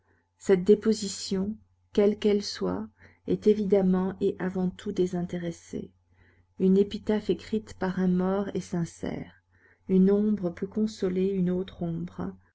cette déposition quelle qu'elle soit est évidemment et avant tout désintéressée une épitaphe écrite par un mort est sincère une ombre peut consoler une autre ombre